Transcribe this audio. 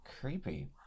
creepy